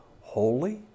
holy